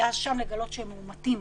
ואז שם לגלות שהם מאומתים,